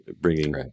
bringing